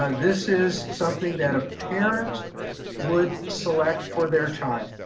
ah this is something that a parent would select for their child,